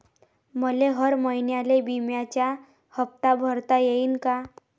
मले हर महिन्याले बिम्याचा हप्ता भरता येईन का?